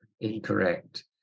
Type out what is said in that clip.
incorrect